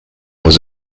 was